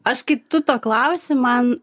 aš kai tu to klausi man